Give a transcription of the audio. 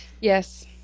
Yes